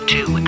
Two